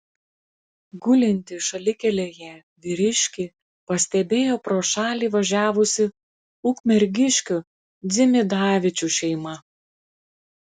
gulintį šalikelėje vyriškį pastebėjo pro šalį važiavusi ukmergiškių dzimidavičių šeima